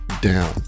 down